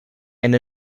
and